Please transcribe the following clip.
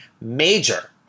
major